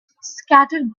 scattered